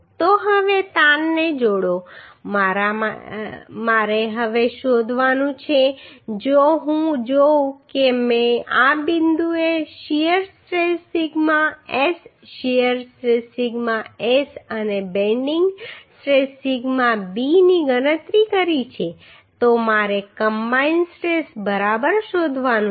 તો હવે તાણને જોડો મારે હવે શોધવાનું છે જો હું જોઉં કે મેં આ બિંદુએ શીયર સ્ટ્રેસ સિગ્મા S અને બેન્ડિંગ સ્ટ્રેસ સિગ્મા bની ગણતરી કરી છે તો મારે કમ્બાઈન સ્ટ્રેસ બરાબર શોધવાનું છે